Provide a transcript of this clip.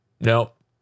Nope